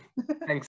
thanks